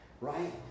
right